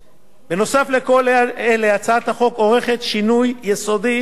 הצעת החוק עורכת שינוי יסודי בהסדר הקופה הציבורית,